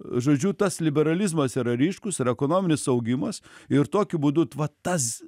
žodžiu tas liberalizmas yra ryškus ir ekonominis augimas ir tokiu būdu va tas